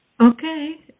Okay